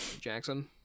Jackson